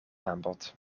aanbod